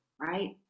right